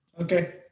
Okay